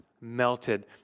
melted